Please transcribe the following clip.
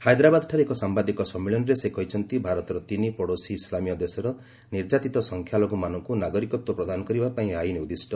ହାଇଦରାବାଦଠାରେ ଏକ ସାମ୍ବାଦିକ ସମ୍ମିଳନୀରେ ସେ କହିଛନ୍ତି ଭାରତର ତିନି ପଡ଼ୋଶୀ ଇସ୍ଲାମୀୟ ଦେଶର ନିର୍ଯାତିତ ସଂଖ୍ୟାଲଘୁମାନଙ୍କୁ ନାଗରିକତ୍ୱ ପ୍ରଦାନ କରିବାପାଇଁ ଏହି ଆଇନ ଉଦ୍ଦିଷ୍ଟ